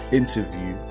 interview